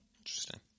Interesting